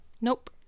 Nope